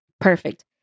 perfect